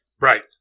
right